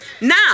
Now